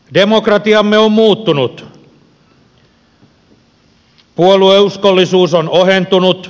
demokratiamme on muuttunut puolueuskollisuus on ohentunut